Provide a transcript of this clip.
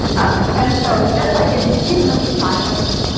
and so just like in did you see the movie sideways?